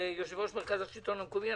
יושב-ראש מרכז השלטון המקומי.